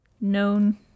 known